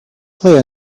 play